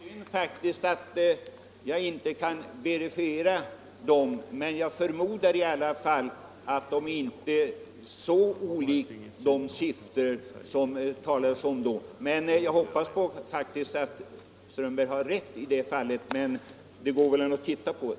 Herr talman! Det är faktiskt synd att jag inte kan verifiera dem, men jag förmodar att de inte är så olika de siffror som det har talats om förut. Jag hoppas att herr Strömberg har rätt i det här fallet, men det går väl an att titta på det.